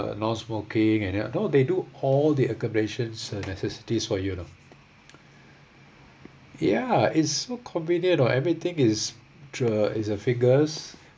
non-smoking and then you know they do all the accommodations necessities for you you know ya it's so convenient everything is uh is uh fingers